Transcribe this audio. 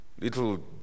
little